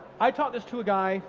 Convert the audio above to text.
i taught this to a guy